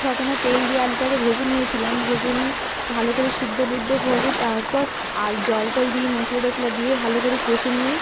প্রথমে তেল দিয়ে আলুটাকে ভেজে নিয়েছিলাম ভেজে নিয়ে ভালো করে সিদ্ধ টিদ্ধ করে তারপর আ জল টল দিয়ে মশলা টশলা দিয়ে ভালো করে কষে নিয়ে